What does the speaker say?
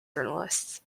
journalists